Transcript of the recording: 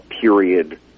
period